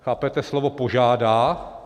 Chápete slovo požádá?